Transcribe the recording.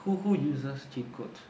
who who uses cheat codes